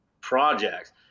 projects